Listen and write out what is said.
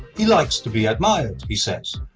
he likes to be admired. he says,